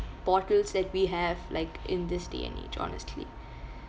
portals that we have like in this day and age honestly